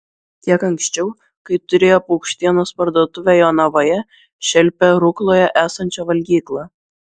kiek anksčiau kai turėjo paukštienos parduotuvę jonavoje šelpė rukloje esančią valgyklą